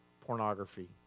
pornography